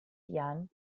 jahren